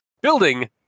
building